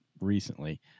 recently